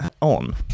on